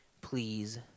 please